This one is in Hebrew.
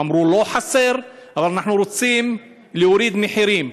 אמרו: לא חסר, אבל אנחנו רוצים להוריד מחירים.